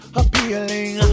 appealing